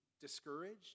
discouraged